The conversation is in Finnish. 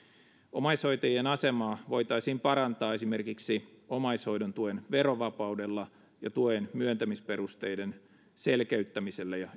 omaishoitajien asemaa voitaisiin parantaa esimerkiksi omaishoidon tuen verovapaudella ja tuen myöntämisperusteiden selkeyttämisellä ja